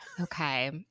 Okay